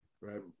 Right